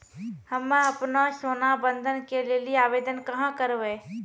हम्मे आपनौ सोना बंधन के लेली आवेदन कहाँ करवै?